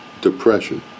depression